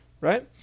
right